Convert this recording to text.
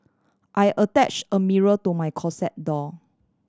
I attach a mirror to my closet door